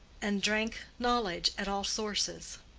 and drank knowledge at all sources.